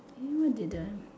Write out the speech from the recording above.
no I didn't